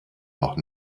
noch